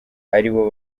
aribo